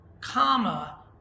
Comma